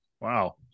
Wow